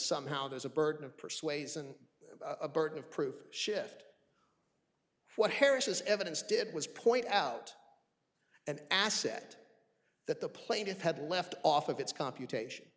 somehow there's a burden of persuasion a burden of proof shift what harish is evidence did was point out and asset that the plaintiff had left off of its computation